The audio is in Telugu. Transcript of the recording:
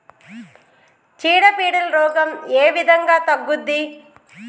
చీడ పీడల రోగం ఏ విధంగా తగ్గుద్ది?